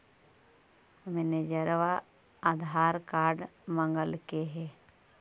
मैनेजरवा आधार कार्ड मगलके हे?